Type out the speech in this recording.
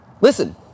Listen